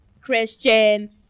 Christian